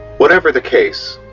whatever the case,